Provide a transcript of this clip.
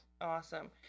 Awesome